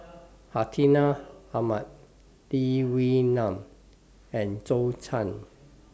Hartinah Ahmad Lee Wee Nam and Zhou Can